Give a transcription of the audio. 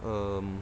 um